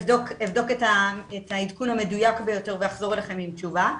אני אבדוק את העדכון המדויק ביותר ואחזור אליכם עם תשובה.